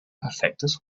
perfektes